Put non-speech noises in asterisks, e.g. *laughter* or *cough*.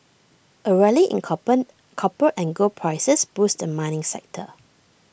A rally in *unintelligible* copper and gold prices boosted the mining sector